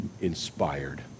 inspired